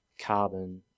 carbon